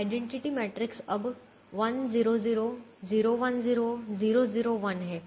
identity matrix अब 1 0 0 0 1 0 0 0 1 है